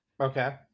Okay